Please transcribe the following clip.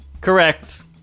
correct